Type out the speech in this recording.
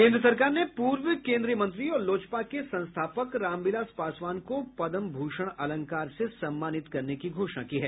केन्द सरकार ने पूर्व केन्द्रीय मंत्री और लोजपा के संस्थापक रामविलास पासवान को पद्म भूषण अलंकार से सम्मानित करने की घोषणा की है